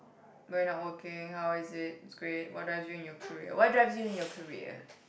we are not working how is it it's great what drives you in your career what drives you in your career